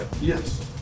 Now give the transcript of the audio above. Yes